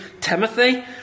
Timothy